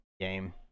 game